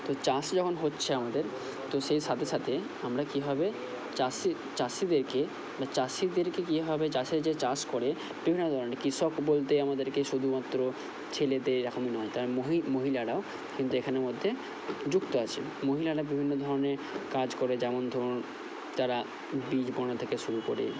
তো চাষও যখন হচ্ছে আমাদের তো সেই সাথে সাথে আমরা কীভাবে চাষের চাষিদেরকে চাষিদেরকে কীভাবে চাষিরা যে চাষ করে বিভিন্ন ধরনের কৃষক বলতে আমাদেরকে শুধুমাত্র ছেলেদের এরকমই নয় তার মহিলারা কিন্তু এখানে মধ্যে যুক্ত আছে মহিলারা বিভিন্ন ধরনের কাজ করে যেমন ধরুন তারা বীজ বোনা থেকে শুরু করে